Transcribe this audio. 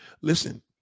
Listen